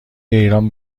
ایران